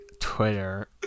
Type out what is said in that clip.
Twitter